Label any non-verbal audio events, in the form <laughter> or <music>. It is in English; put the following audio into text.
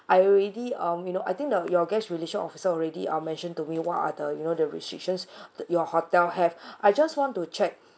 I already uh you know I think the your guest relations officer already uh mentioned to me what are the you know the restrictions <breath> your hotel have <breath> I just want to check